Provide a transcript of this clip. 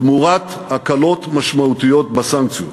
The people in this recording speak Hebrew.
תמורת הקלות משמעותיות בסנקציות.